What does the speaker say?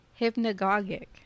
hypnagogic